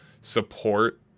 support